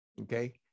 okay